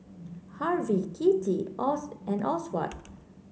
Harvie Kitty and Oswald